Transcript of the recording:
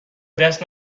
دست